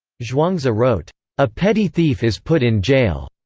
zhuangzi wrote a petty thief is put in jail.